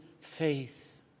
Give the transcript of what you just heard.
faith